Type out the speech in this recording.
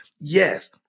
Yes